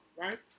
right